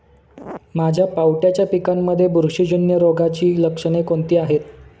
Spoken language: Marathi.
माझ्या पावट्याच्या पिकांमध्ये बुरशीजन्य रोगाची लक्षणे कोणती आहेत?